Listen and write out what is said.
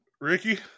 Ricky